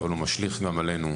אבל הוא משליך גם עלינו.